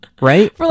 right